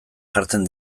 jartzen